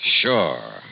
Sure